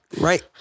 Right